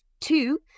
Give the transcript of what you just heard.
Two